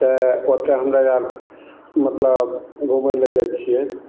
तऽ ओतऽ हमे आर मतलब घुमै लए जाइ छियै